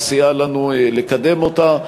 שסייע לנו לקדם אותה,